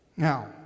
Now